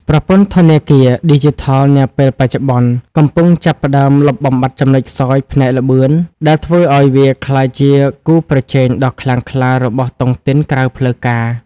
ប្រព័ន្ធធនាគារឌីជីថលនាពេលបច្ចុប្បន្ន កំពុងចាប់ផ្ដើមលុបបំបាត់ចំណុចខ្សោយផ្នែកល្បឿន ដែលធ្វើឱ្យវាក្លាយជាគូប្រជែងដ៏ខ្លាំងក្លារបស់តុងទីនក្រៅផ្លូវការ។